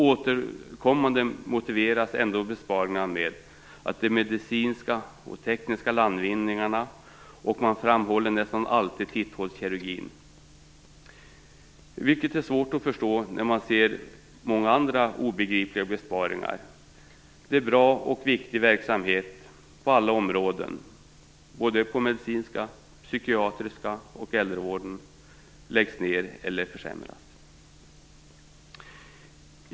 Återkommande motiveras ändå besparingarna med de medicinska och tekniska landvinningarna, och man framhåller nästan alltid titthålskirurgin. Det är svårt att förstå när man ser många andra obegripliga besparingar. Bra och viktig verksamhet på medicinska kliniker, psykiatriska kliniker och inom äldrevården läggs ned eller försämras.